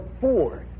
Ford